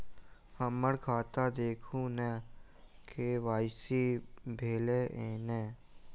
हम्मर खाता देखू नै के.वाई.सी भेल अई नै?